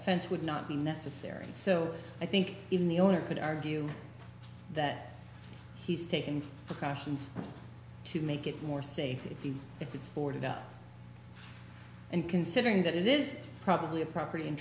fence would not be necessary and so i think even the owner could argue that he's taking the questions to make it more safety if it's boarded up and considering that it is probably a property in